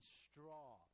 straw